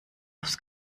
aufs